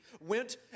went